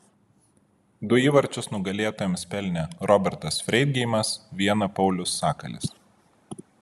du įvarčius nugalėtojams pelnė robertas freidgeimas vieną paulius sakalis